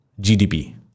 GDP